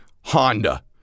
Honda